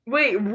Wait